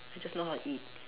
I just know how to eat